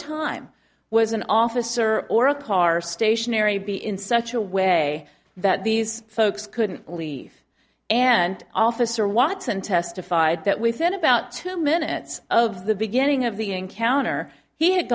time was an officer or a car stationary be in such a way that these folks couldn't leave and officer watson testified that within about two minutes of the beginning of the encounter he had